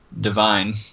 divine